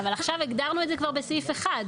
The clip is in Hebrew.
אבל, עכשיו הגדרנו את זה כבר בסעיף (1).